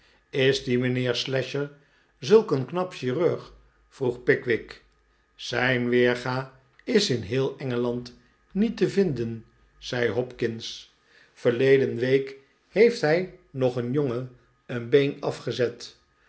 is die mynheer slasher zulk een knap chirurg vroeg pickwick zijn weerga is in heel engeland niet te vinden zei hopkins verleden week heeft hij nog een jongen een been afgezet